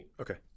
Okay